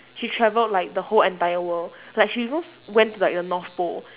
she travelled like the whole entire world like she even went to like the north pole